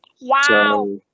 Wow